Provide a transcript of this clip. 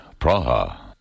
Praha